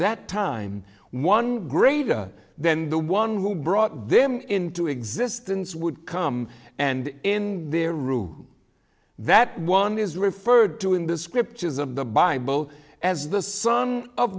that time one greater than the one who brought them into existence would come and in their room that one is referred to in the scriptures of the bible as the son of